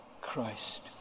Christ